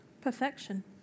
Perfection